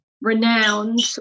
renowned